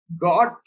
God